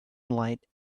light